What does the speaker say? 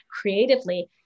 creatively